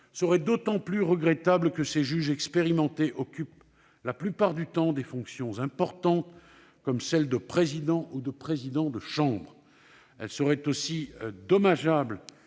serait d'autant plus regrettable que ces juges expérimentés occupent la plupart du temps des fonctions importantes, comme celles de président ou de président de chambre. Elle serait aussi dommageable,